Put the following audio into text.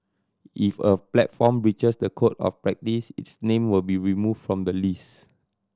if a platform breaches the Code of Practice its name will be removed from the list